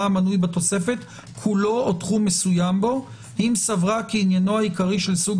המנוי בתוספת כולו או תחום מסוים בו אם סברה כי עניינו העיקרי של סוג